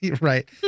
Right